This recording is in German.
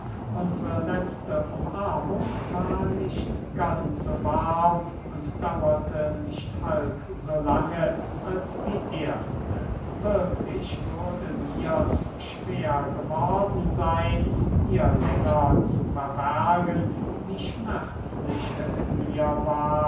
unsre letzte umarmung war nicht ganz so warm und dauerte nicht halb so lange als die erste wirklich würde mirs schwer geworden seyn ihr länger zu verbergen wie schmerzlich es mir war